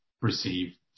receive